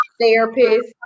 therapist